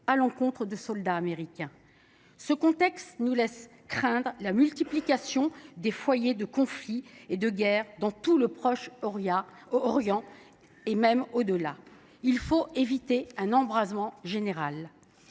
à l’encontre de soldats américains. Ce contexte nous laisse craindre la multiplication des foyers de conflits et de guerres dans tout le Proche Orient, voire au delà. Il faut éviter un embrasement général